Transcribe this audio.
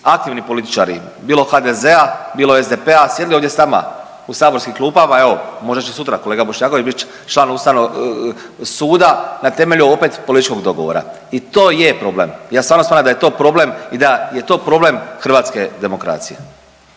aktivni političari bilo HDZ-a, bilo SDP-a, sjedili ovdje s nama u saborskim klupama, evo možda će sutra g. Bošnjaković bit član Ustavnog suda na temelju opet političkog dogovora. I to je problem, ja stvarno smatram da je to problem i da je to problem hrvatske demokracije.